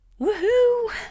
Woohoo